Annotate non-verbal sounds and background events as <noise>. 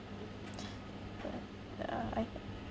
<noise> ya ya I've